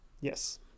Yes